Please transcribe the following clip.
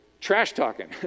trash-talking